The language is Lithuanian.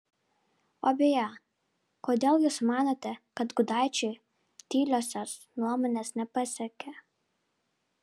o beje kodėl jūs manote kad gudaičiui tyliosios nuomonės nepasakė